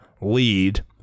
lead